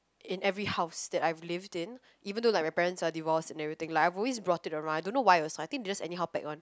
in every house that I've lived in even though like my parents are divorced and everything like I've always brought it around I don't why also I think just anyhow pack one